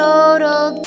Total